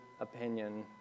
opinion